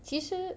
其实